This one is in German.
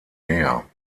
näher